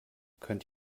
könnt